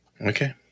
Okay